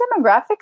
demographics